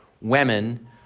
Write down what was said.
women